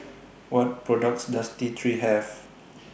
What products Does T three Have